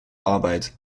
arbeit